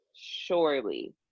surely